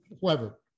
whoever